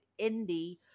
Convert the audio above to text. indie